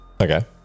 Okay